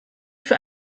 für